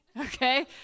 Okay